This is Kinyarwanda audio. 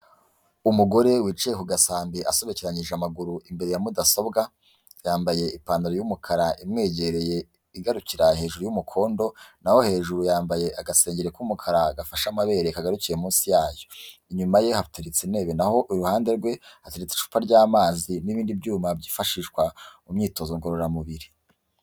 Umugore wicaye ku gasambi asubekiranyije amaguru imbere ya mudasobwa, yambaye ipantaro y'umukara imwegereye igarukira hejuru y'umukondo, n'aho hejuru yambaye agase k'umukara gafashe amabere kagarukiye munsi yayo, inyuma ye ahateretse intebe, n'aho iruhande rwe afite icupa ry'amazi n'ibindi byuma byifashishwa mu myitozo ngororamubiri.